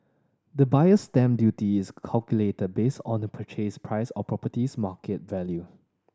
the Buyer's Stamp Duty is calculated based on the purchase price or property's market value